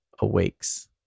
awakes